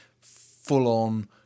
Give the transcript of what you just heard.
full-on